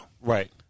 Right